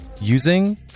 Using